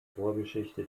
vorgeschichte